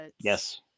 Yes